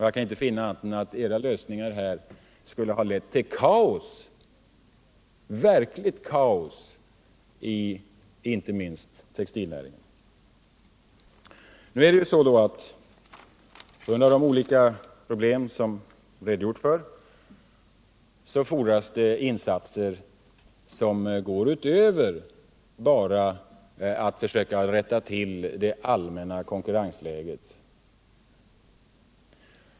Jag kan inte finna annat än att era lösningar här skulle ha lett till verkligt kaos inte minst inom textilnäringen. Nu är det ju så, att på grund av de olika problem som jag redogjort för fordras det insatser som går utöver detta att bara försöka rätta till det allmänna konkurrensläget.